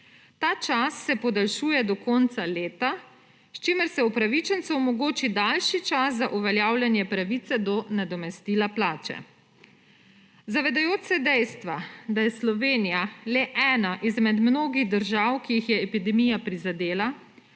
Ta čas se podaljšuje do konca leta, s čimer se upravičencu omogoči daljši čas za uveljavljanje pravice do nadomestila plače. Zavedajoč se dejstva, da je Slovenija le ena izmed mnogih držav, ki jih je epidemija prizadela,